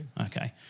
Okay